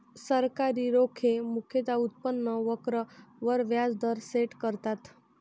सरकारी रोखे मुख्यतः उत्पन्न वक्र वर व्याज दर सेट करतात